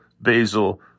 basil